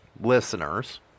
listeners